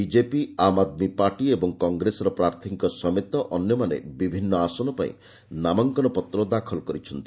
BJP Aam Aadmi Party ଏବଂ କଂଗ୍ରେସର ପ୍ରାର୍ଥୀଙ୍କ ସମେତ ଅନ୍ୟମାନେ ବିଭିନ୍ନ ଆସନପାଇଁ ନାମାଙ୍କନ ପତ୍ର ଦାଖଲ କରିଛନ୍ତି